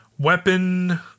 Weapon